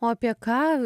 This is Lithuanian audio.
o apie ką